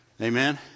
Amen